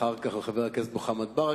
אחר כך חבר הכנסת מוחמד ברכה.